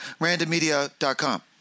randommedia.com